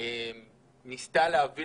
שניסתה להביא,